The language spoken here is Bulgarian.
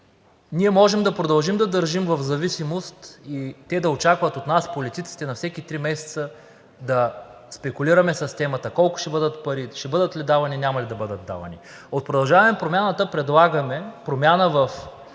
Ние можем да продължим да ги държим в зависимост и те да очакват от нас политиците на всеки три месеца да спекулираме с темата колко ще бъдат парите, ще бъдат ли давани, няма ли да бъдат давани. От „Продължаваме Промяната“ предлагаме промяна –